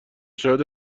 شاهد